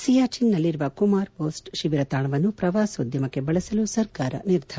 ಸಿಯಾಚಿನ್ನಲ್ಲಿರುವ ಕುಮಾರ್ ಮೋಸ್ಟ್ ಶಿಬಿರ ತಾಣವನ್ನು ಪ್ರವಾಸೋದ್ಯಮಕ್ಕೆ ಬಳಸಲು ಸರ್ಕಾರ ನಿರ್ಧಾರ